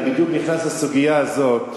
אני בדיוק נכנס לסוגיה הזאת,